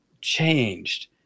changed